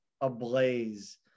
ablaze